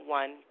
one